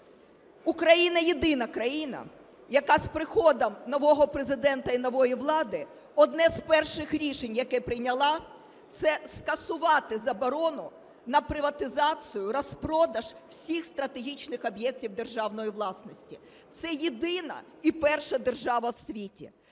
Україна – єдина країна, яка з приходом нового президента і нової влади одне з перших рішень, яке прийняла, це скасувати заборону на приватизацію, розпродаж всіх стратегічних об'єктів державної власності, це єдина і перша держава в світі.